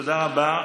תודה רבה.